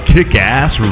Kick-Ass